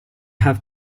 have